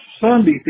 Sunday